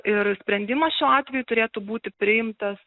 ir sprendimas šiuo atveju turėtų būti priimtas